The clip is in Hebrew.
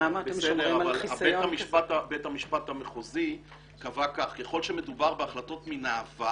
אבל בית המשפט המחוזי קבע כך: ככל שמדובר בהחלטות מן העבר